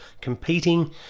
competing